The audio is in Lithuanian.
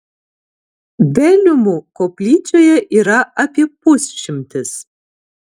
veliumų koplyčioje yra apie pusšimtis